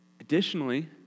Additionally